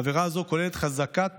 עבירה זו כוללת חזקת מודעות,